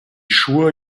sure